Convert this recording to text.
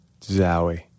zowie